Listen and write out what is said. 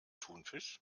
thunfisch